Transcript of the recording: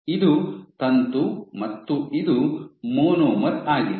ಇದು ತಂತು ಮತ್ತು ಇದು ಮಾನೋಮರ್ ಆಗಿದೆ